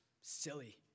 silly